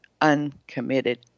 uncommitted